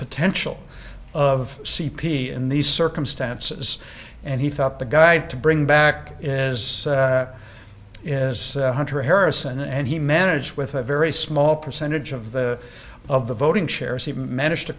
potential of c p in these circumstances and he thought the guy had to bring back as is hunter harrison and he managed with a very small percentage of the of the voting shares he managed to